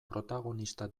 protagonista